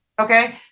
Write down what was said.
Okay